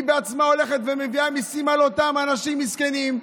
היא בעצמה הולכת ומביאה מיסים על אותם אנשים מסכנים,